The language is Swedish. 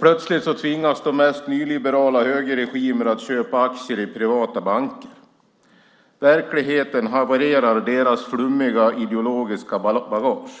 Plötsligt tvingas de mest nyliberala högerregimer att köpa aktier i privata banker. Verkligheten havererar deras flummiga ideologiska bagage.